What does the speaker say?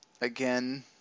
again